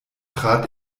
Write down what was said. trat